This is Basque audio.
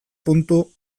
puntu